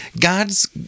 God's